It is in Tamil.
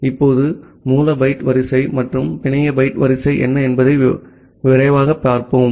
இப்போது மூல பைட் வரிசை மற்றும் பிணைய பைட் வரிசை என்ன என்பதை விரைவாகப் பார்ப்போம்